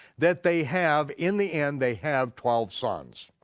that they have, in the end they have twelve sons.